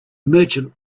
merchant